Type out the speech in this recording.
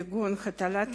כגון הטלת